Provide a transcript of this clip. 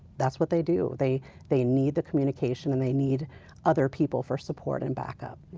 that's what they do, they they need the communication and they need other people for support and back up.